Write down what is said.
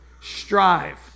Strive